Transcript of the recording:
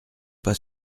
pas